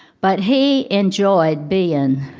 but he enjoyed being,